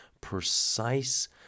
precise